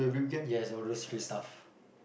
yes all those street stuff